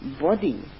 body